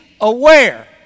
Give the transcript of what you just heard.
aware